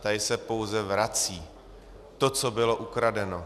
Tady se pouze vrací to, co bylo ukradeno.